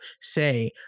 say